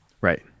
Right